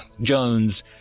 Jones